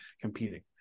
competing